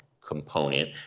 component